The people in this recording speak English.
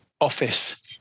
office